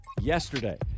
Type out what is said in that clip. yesterday